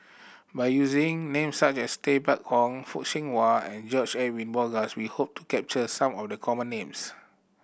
by using names such as Tay Bak Koi Fock Siew Wah and George Edwin Bogaars we hope to capture some of the common names